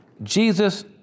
Jesus